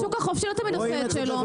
השוק החופשי לא תמיד עושה את שלו,